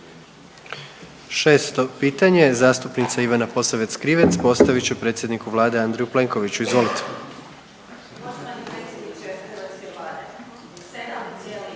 6. pitanje zastupnica Ivana Posavec Krivec postavit će predsjedniku vlade Andreju Plenkoviću. Izvolite.